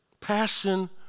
Passion